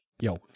Yo